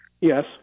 Yes